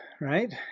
right